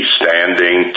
standing